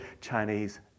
Chinese